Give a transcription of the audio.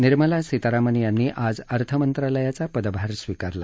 निर्मला सीतारामन यांनी आज अर्थमंत्रालयाचा पदभार स्वीकारला